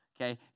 Okay